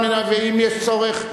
ואם יש צורך,